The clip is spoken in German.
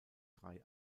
drei